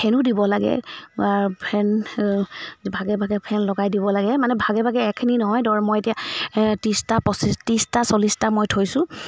ফেনো দিব লাগে ফেন ভাগে ভাগে ফেন লগাই দিব লাগে মানে ভাগে ভাগে এখিনি নহয় দৰ মই এতিয়া ত্ৰিছটা পঁচিছ ত্ৰিছটা চল্লিছটা মই থৈছোঁ